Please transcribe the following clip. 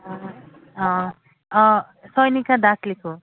অঁ অঁ অঁ চয়নিকা দাস লিখোঁ